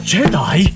Jedi